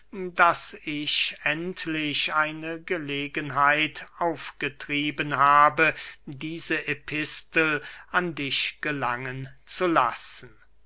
daß ich endlich eine gelegenheit aufgetrieben habe diese epistel an dich gelangen zu lassen